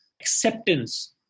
acceptance